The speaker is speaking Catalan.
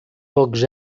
pocs